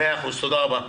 תודה רבה.